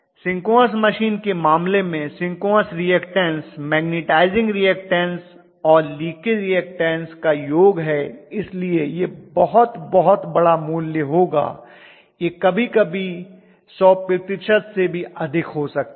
synchronous machine के मामले में सिंक्रोनस रीऐक्टन्स मैग्नेटाइजिंग रीऐक्टन्स और लीकेज का योग है इसलिए ये एक बहुत बहुत बड़ा मूल्य होगा यह कभी कभी 100 प्रतिशत से अधिक हो सकता है